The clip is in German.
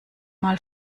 mal